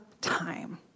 time